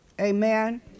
Amen